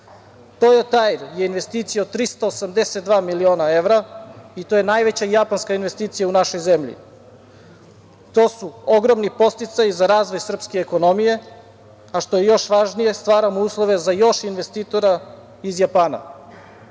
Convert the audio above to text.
To je investicija od 382 miliona evra i to je najveća japanska investicija u našoj zemlji. To su ogromni podsticaji za razvoj srpske ekonomije, a što je još važnije stvaramo uslove za još investitora iz Japana.